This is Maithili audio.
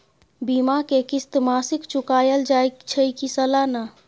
बीमा के किस्त मासिक चुकायल जाए छै की सालाना?